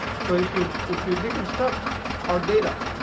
so if you if you deconstruct our data